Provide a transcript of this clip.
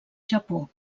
japó